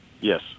Yes